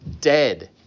dead